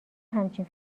همچین